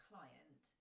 client